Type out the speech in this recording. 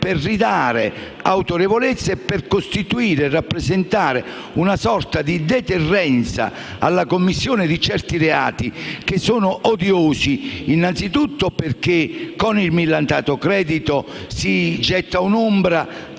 per ridare autorevolezza e per costituire e rappresentare una sorta di deterrenza alla commissione di certi reati, che sono odiosi, innanzitutto perché con il millantato credito si getta un'ombra